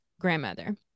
grandmother